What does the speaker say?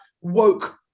woke